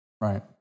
Right